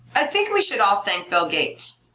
i think we should all thank bill gates.